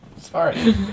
Sorry